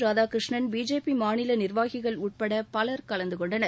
Radhakrishnan BJP மாநில நிர்வாகிகள் உட்பட பலர் கலந்து கொண்டனர்